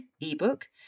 ebook